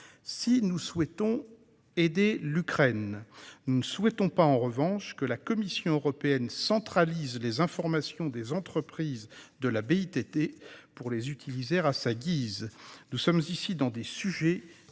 Si nous souhaitons aider l'Ukraine, nous ne désirons pas, en revanche, que la Commission européenne centralise les informations des entreprises de la BITD pour les utiliser à sa guise. Nous faisons face ici à des sujets qui